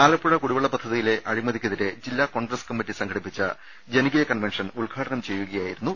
ആലപ്പുഴ കുടിവെള്ള പദ്ധതിയിലെ അഴിമതിക്കെതിരെ ജില്ലാ കോൺഗ്രസ് കമ്മിറ്റി സംഘടിപ്പിച്ച ജനകീയ കൺവൻഷൻ ഉദ്ഘാടനം ചെയ്യുകയായിരുന്നു ചെന്നിത്തല